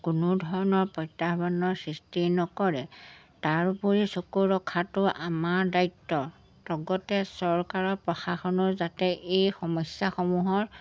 কোনো ধৰণৰ প্ৰত্যাহ্বানৰ সৃষ্টি নকৰে তাৰোপৰি চকু ৰখাটো আমাৰ দায়িত্ব লগতে চৰকাৰৰ প্ৰশাসনৰ যাতে এই সমস্যাসমূহৰ